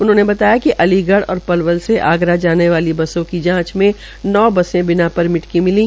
उन्होंने बताया कि अलीगढ़ और पलवल से आगरा जाने वाली बसों की जांच में नौ बसें बिना परमिट की मिली